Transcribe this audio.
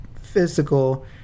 physical